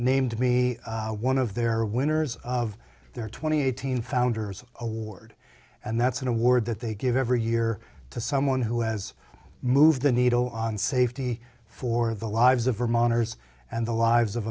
named to be one of their winners of their twenty eighteen founders award and that's an award that they give every year to someone who has moved the needle on safety for the lives of vermonters and the lives of